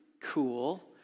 cool